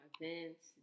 events